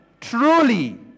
truly